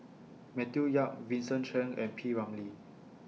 Matthew Yap Vincent Cheng and P Ramlee